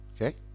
Okay